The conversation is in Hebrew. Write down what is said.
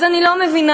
אז אני לא מבינה,